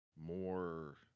more